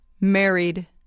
Married